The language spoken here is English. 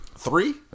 Three